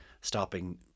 stopping